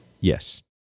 Yes